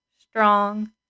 strong